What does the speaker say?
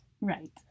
Right